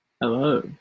Hello